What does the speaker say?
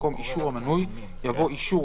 במקום "אישור המנוי" יבוא "אישור,